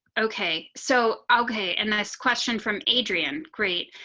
okay, so. okay. and last question from adrian. great.